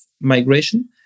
migration